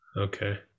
okay